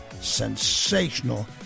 sensational